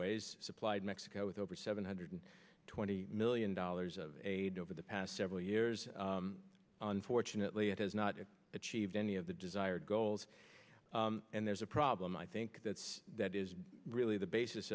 ways supplied mexico with over seven hundred twenty million dollars of aid over the past several years unfortunately it has not yet achieved any of the desired goals and there's a problem i think that that is really the basis